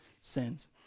sins